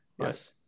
Yes